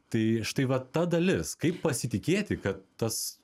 tai štai va ta dalis kaip pasitikėti kad tas